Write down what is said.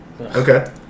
Okay